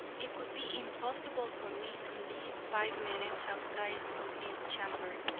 it would be impossible for me to live five minutes outside of this chamber.